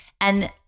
And-